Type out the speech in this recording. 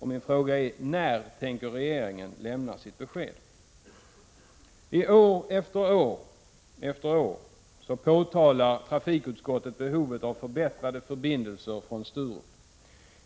Min fråga är: När tänker regeringen lämna sitt besked? År efter år framhåller trafikutskottet behovet av förbättrade förbindelser från Sturup.